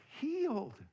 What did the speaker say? healed